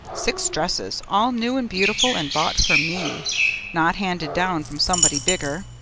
six dresses, all new and beautiful and bought for me not handed down from somebody bigger.